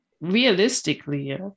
realistically